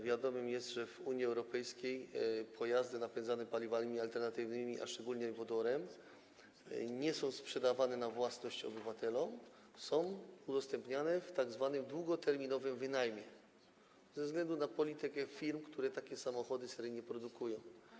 Wiadomo, że w Unii Europejskiej pojazdy napędzane paliwami alternatywnymi, a szczególnie wodorem, nie są sprzedawane na własność obywatelom, są udostępniane w ramach tzw. długoterminowego wynajmu, ze względu na politykę firm, które takie samochody seryjnie produkują.